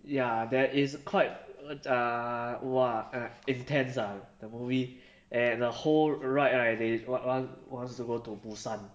ya there is quite uh !wah! intense ah the movie and the whole ride right they wa~ want to go to busan